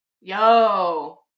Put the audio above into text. yo